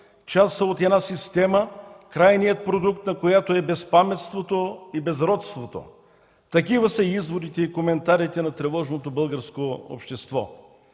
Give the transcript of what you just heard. част са от една система, крайният продукт на която е безпаметството и безродството. Такива са изводите и коментарите на тревожното българско общество.